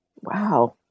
Wow